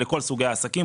לכל סוגי העסקים,